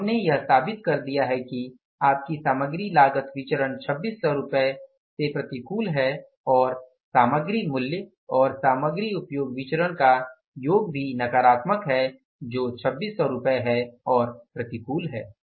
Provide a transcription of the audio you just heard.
तो हमने यह साबित कर दिया है कि आपकी सामग्री लागत विचरण 2600 रुपये से प्रतिकूल है और सामग्री मूल्य और सामग्री उपयोग विचरण का योग भी नकारात्मक है जो 2600 रुपये है और प्रतिकूल है